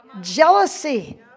jealousy